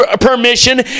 permission